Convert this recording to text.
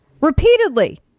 Repeatedly